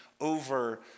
over